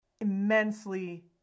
immensely